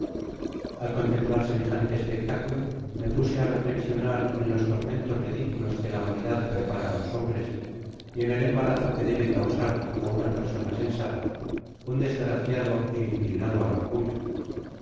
al comtemplar semejante espectaculo me puse á reflexionar en los tormentos ridiculos que la vanidad prepara á los hombres y en el embarazo que debe cansar á ota persona sensata un desgraciado inclinado al orgullo